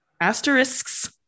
Asterisks